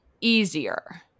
easier